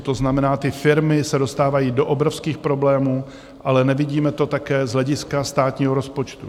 To znamená, ty firmy se dostávají do obrovských problémů, ale nevidíme to také z hlediska státního rozpočtu.